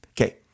Okay